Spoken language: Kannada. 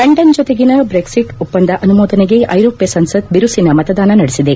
ಲಂಡನ್ ಜೊತೆಗಿನ ಬ್ರೆಕ್ಸಿಟ್ ಒಪ್ಪಂದ ಅನುಮೋದನೆಗೆ ಐರೋಪ್ಯ ಸಂಸತ್ ಬಿರುಸಿನ ಮತದಾನ ನಡೆಸಿದೆ